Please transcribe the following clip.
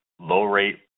low-rate